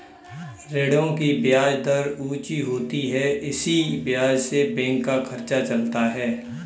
ऋणों की ब्याज दर ऊंची होती है इसी ब्याज से बैंक का खर्चा चलता है